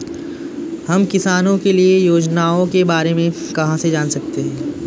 हम किसानों के लिए योजनाओं के बारे में कहाँ से जान सकते हैं?